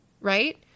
right